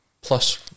Plus